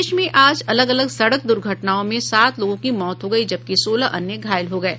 प्रदेश में आज अलग अलग सड़क द्र्घटनाओं में सात लोगों की मौत हो गयी जबकि सोलह अन्य घायल हो गये